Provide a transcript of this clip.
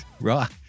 Right